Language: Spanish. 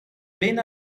ven